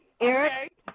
Eric